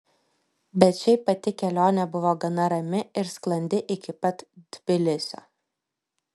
bet šiaip pati kelionė buvo gana rami ir sklandi iki pat tbilisio